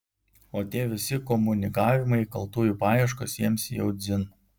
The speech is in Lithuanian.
o tie visi komunikavimai kaltųjų paieškos jiems jau dzin